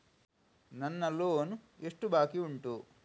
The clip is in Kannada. ನನ್ನ ಲೋನ್ ಎಷ್ಟು ಬಾಕಿ ಉಂಟು?